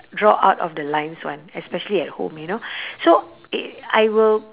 draw out of the lines [one] especially at home you know so it I will